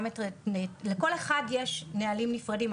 לכל אחד יש נהלים נפרדים,